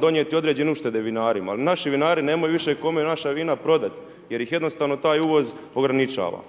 donijeti određene uštede vinarima ali naši vinari nemaju više kome naša vina prodati jer ih jednostavno taj uvoz ograničava.